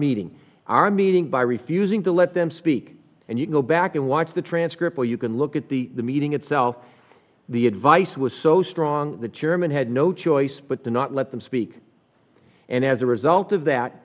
meeting our meeting by refusing to let them speak and you go back and watch the transcript or you can look at the meeting itself the advice was so strong the chairman had no choice but to not let them speak and as a result of that